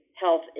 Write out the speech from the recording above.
health